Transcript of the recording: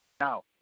Now